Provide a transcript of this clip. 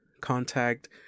contact